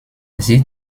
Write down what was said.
sie